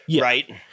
right